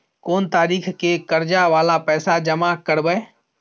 कोन तारीख के कर्जा वाला पैसा जमा करबे?